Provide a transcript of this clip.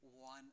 one